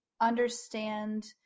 understand